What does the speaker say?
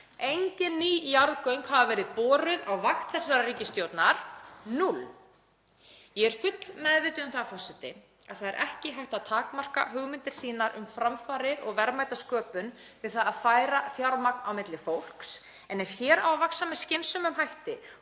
Engin ný jarðgöng hafa verið boruð á vakt þessarar ríkisstjórnar, 0. Ég er fullmeðvituð um það, forseti, að það er ekki hægt að takmarka hugmyndir sínar um framfarir og verðmætasköpun við það að færa fjármagn á milli fólks en ef hér á að vaxa með skynsamlegum hætti